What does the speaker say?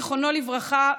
זיכרונו לברכה,